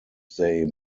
they